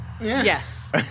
Yes